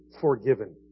forgiven